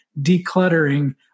decluttering